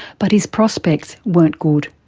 but his prospects weren't good.